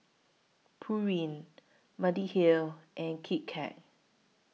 Pureen Mediheal and Kit Kat